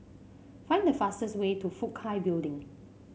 find the fastest way to Fook Hai Building